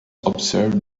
observe